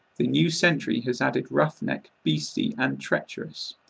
the new century has added roughneck, beasty and treacherous.